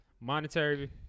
monetary